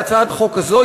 בהצעת החוק הזאת,